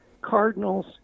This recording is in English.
cardinals